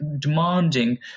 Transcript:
demanding